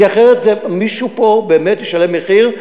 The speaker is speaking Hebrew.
כי אחרת מישהו פה באמת ישלם מחיר,